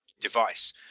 device